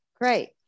great